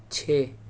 چھ